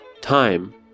time